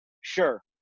Sure